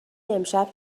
امشب